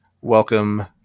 Welcome